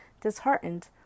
disheartened